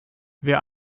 wir